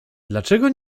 dlaczego